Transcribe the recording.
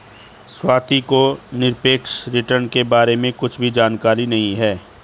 स्वाति को निरपेक्ष रिटर्न के बारे में कुछ भी जानकारी नहीं है